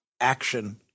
action